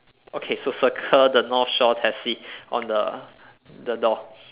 okay so circle the north shore taxi on the the door